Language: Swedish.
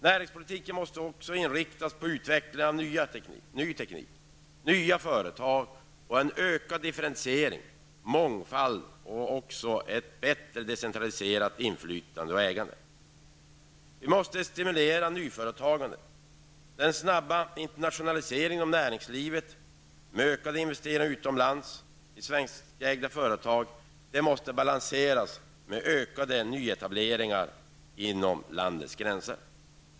Näringspolitiken måste också inriktas på utvecklingen av ny teknik och nya företag samt på ökad differentiering, mångfald och ett bättre decentraliserad utflytande och ägande. Vi måste stimulera nyföretagandet. Den snabba internationaliseringen av näringslivet, med ökade investeringar utomlands i svenskägda företag, måste balanseras genom ökade nyetableringar inom landets gränser.